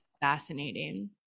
fascinating